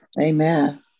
Amen